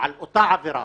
שעל אותה עבירה,